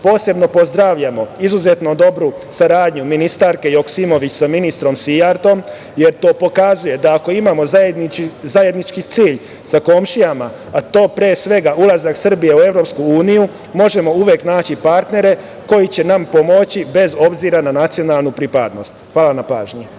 pozdravljamo izuzetno dobru saradnju ministarke Joksimović sa ministrom Sijartom, jer to pokazuje da ako imamo zajednički cilj sa komšijama, a to je pre svega ulazak Srbije u EU možemo uvek naći partnere koji će nam pomoći bez obzira na nacionalnu pripadnost. Hvala na pažnji.